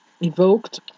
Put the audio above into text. evoked